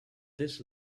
this